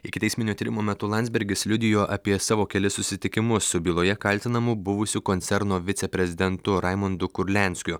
ikiteisminio tyrimo metu landsbergis liudijo apie savo kelis susitikimus su byloje kaltinamu buvusiu koncerno viceprezidentu raimundu kurlianskiu